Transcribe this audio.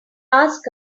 ask